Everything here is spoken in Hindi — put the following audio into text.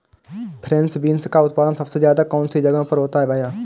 फ्रेंच बीन्स का उत्पादन सबसे ज़्यादा कौन से जगहों पर होता है भैया?